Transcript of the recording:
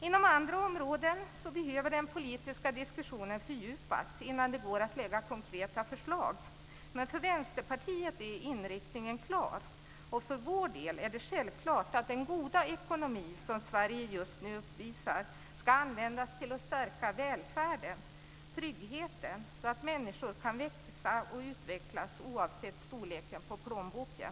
Inom andra områden behöver den politiska diskussionen fördjupas innan det går att lägga fram konkreta förslag, men för Vänsterpartiet är inriktningen klar, och det är för vår del självklart att den goda ekonomi som Sverige just nu uppvisar ska användas till att stärka välfärden och tryggheten, så att människor kan växa och utvecklas oavsett storleken på plånboken.